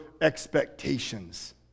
expectations